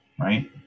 right